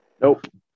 Nope